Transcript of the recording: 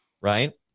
right